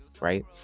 right